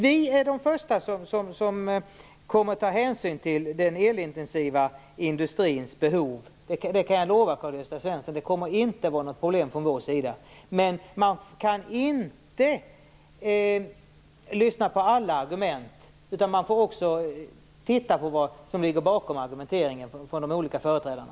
Vi är de första som kommer att ta hänsyn till den elintensiva industrins behov. Jag kan lova Karl-Gösta Svenson att det inte kommer att vara något problem för oss. Men man kan inte lyssna på alla argument, utan man får titta på vad som ligger bakom argumenten från de olika företrädarna.